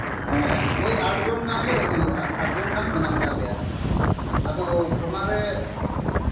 ᱦᱮᱸ ᱳᱭ ᱟᱴᱡᱚᱱ ᱜᱟᱱᱞᱮ ᱦᱩᱭᱩᱜᱼᱟ ᱟᱴ ᱡᱚᱱ ᱜᱟᱱ ᱢᱮᱱᱟᱜ ᱠᱟᱜ ᱞᱮᱭᱟ ᱟᱫᱚ ᱚᱱᱟᱨᱮ